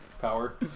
power